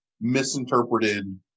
misinterpreted